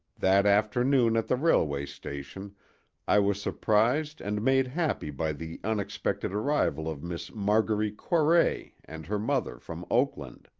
that afternoon at the railway station i was surprised and made happy by the unexpected arrival of miss margaret corray and her mother, from oakland.